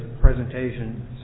presentations